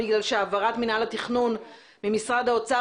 בגלל שהעברת מינהל התכנון ממשרד האוצר